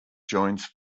joins